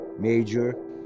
major